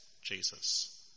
Jesus